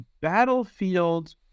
battlefield